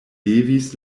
levis